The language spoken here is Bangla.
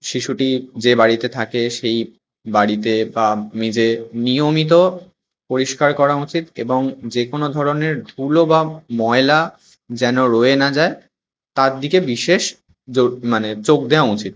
শিশুটি যে বাড়িতে থাকে সেই বাড়িতে বা মেজে নিয়মিত পরিষ্কার করা উচিৎ এবং যে কোনো ধরনের ধুলো বা ময়লা যেন রয়ে না যায় তার দিকে বিশেষ জোর মানে চোখ দেওয়া উচিত